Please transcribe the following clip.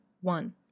one